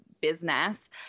business